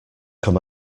come